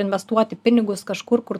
investuoti pinigus kažkur kur